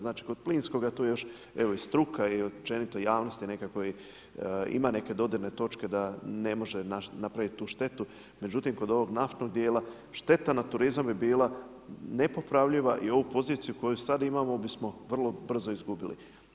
Znači kod plinskoga to je još evo i struka i općenito javnosti, ima neke dodirne točke da ne može napraviti tu štetu, međutim kod ovog naftnog djela, šteta na turizam bi bila nepopravljiva i ovu poziciju koju sad imamo bismo vrlo brzo izgubili.